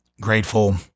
Grateful